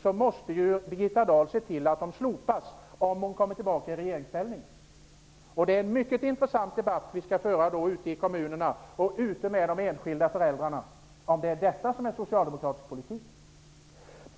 så dåliga, måste ju Birgitta Dahl se till att de slopas, om hon kommer tillbaka i regeringsställning. Om detta är socialdemokratisk politik, kommer vi att få föra en mycket intressant debatt ute i kommunerna och med de enskilda föräldrarna.